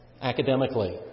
academically